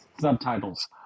subtitles